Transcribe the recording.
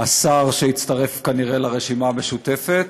השר שהצטרף כנראה לרשימה המשותפת,